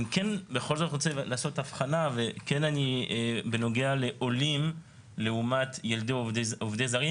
אני כן בכל זאת רוצה לעשות הבחנה בנוגע לעולים לעומת ילדי עובדי זרים.